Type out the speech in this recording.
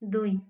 दुई